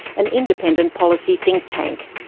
an independent policy think tank.